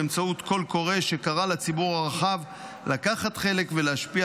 באמצעות קול קורא שקרא לציבור הרחב לקחת חלק ולהשפיע